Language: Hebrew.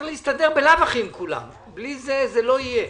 בלי זה, זה לא יהיה.